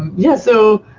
yeah, so